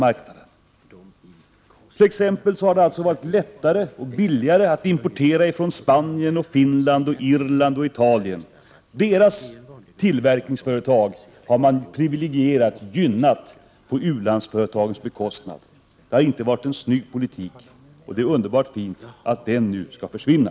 Det har t.ex. varit lättare och billigare att importera från Spanien, Finland, Irland och Italien. Dessa länders tillverkningsföretag har man gynnat på u-landsföretagens bekostnad. Det har inte varit en snygg politik, och det är underbart fint att den nu skall försvinna.